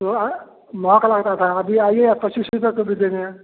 तो महक लगता था अभी आइए आ पच्चीस रूपया गोभी देंगे